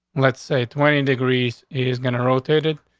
let's say twenty and degrees is gonna rotate it.